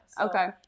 okay